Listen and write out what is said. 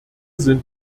sind